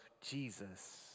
Jesus